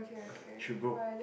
should go